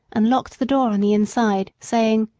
and locked the door on the inside, saying,